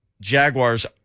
Jaguars